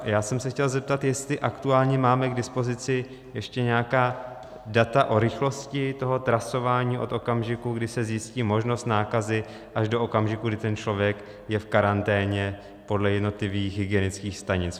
Já jsem se chtěl zeptat, jestli aktuálně máme k dispozici ještě nějaká data o rychlosti toho trasování od okamžiku, kdy se zjistí možnost nákazy, až do okamžiku, kdy ten člověk je v karanténě, podle jednotlivých hygienických stanic.